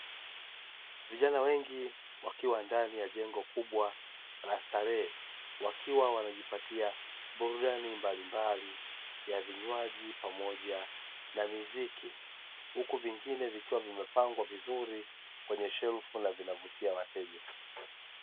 Vijana wengi wakiwa ndani ya jengo kubwa la starehe wakiwa wanajipatia burudani mbalimbali ya vinywaji pamoja na miziki, huku vingine vikiwa vimepangwa vizuri kwenye shelfu na vikiwa vinavutia wateja.